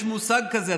יש מושג כזה,